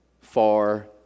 far